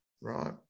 right